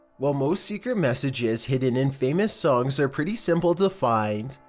while most secret messages hidden in famous songs are pretty simple to find,